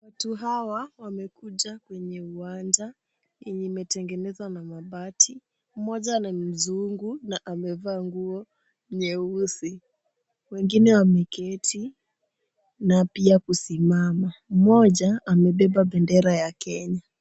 Watu hawa wamekuja kwenye uwanja yenye imetengenezwa na mabati. Mmoja ni mzungu na amevaa nguo nyeusi. Wengine wameketi na pia kusimama. Mmoja amebeba bendera ya Kenya.